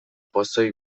pozoi